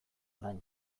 orain